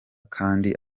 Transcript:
kandi